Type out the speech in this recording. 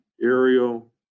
aerial